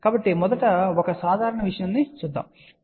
కాబట్టి మొదట ఒక సాధారణ విషయంతో వెళ్లనివ్వండి